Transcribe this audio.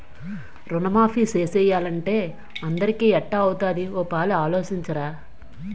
రుణమాఫీ సేసియ్యాలంటే అందరికీ ఎట్టా అవుతాది ఓ పాలి ఆలోసించరా